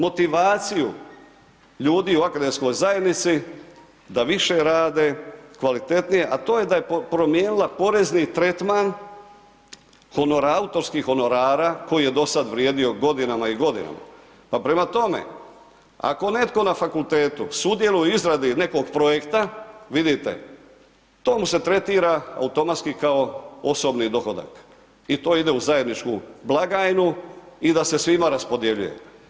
Motivaciju ljudi u akademskoj zajednici da više rade, kvalitetnije a to je da je promijenila porezni tretman autorskih honorara koji je do sad vrijedio godinama i godinama pa prema tome, ako netko na fakultetu sudjeluje u izradi nekog projekta, vidite, to mu se tretira automatski kao osobni dohodak i to ide u zajedničku blagajnu i da se svima raspodjeljuje.